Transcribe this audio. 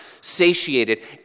satiated